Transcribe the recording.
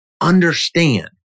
understand